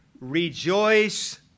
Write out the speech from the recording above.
Rejoice